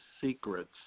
secrets